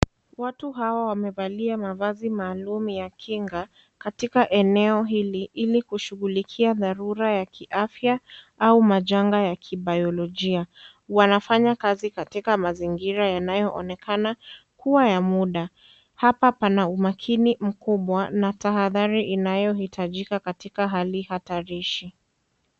Watu hawa wamevalia mavazi maalum ya kinga, katika eneo hili ili kushughulikia tharura ya kiafya au majanga ya kibiologia, wanafanya kazi katika mazingira yanayoonekana kuwa ya muda, hapa panaumakini mkubwa na tahathari inayohitajika katika hali hatarishi.